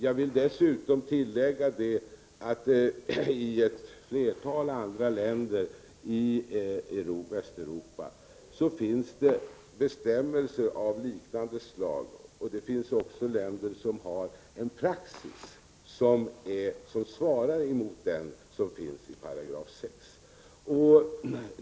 Jag vill även tillägga att det i ett flertal andra länder i Västeuropa finns bestämmelser av liknande slag. Det finns även länder som har en praxis som svarar emot den som finns i 6 §.